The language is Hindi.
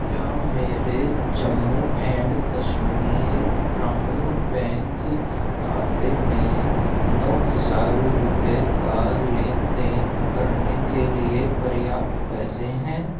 क्या मेरे जम्मू एंड कश्मीर ग्रामीण बैंक खाते में नौ हज़ार रुपये का लेन देन करने के लिए पर्याप्त पैसे हैं